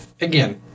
again